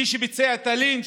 מי שביצע את הלינץ'